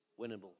winnable